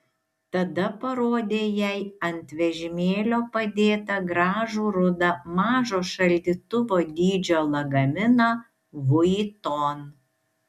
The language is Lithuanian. tada parodė jai ant vežimėlio padėtą gražų rudą mažo šaldytuvo dydžio lagaminą vuitton